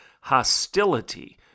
hostility